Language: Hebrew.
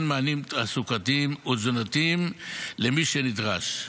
מענים תעסוקתיים ותזונתיים למי שנדרש.